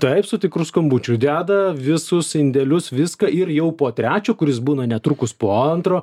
taip su tikru skambučiu deda visus indelius viską ir jau po trečio kuris būna netrukus po antro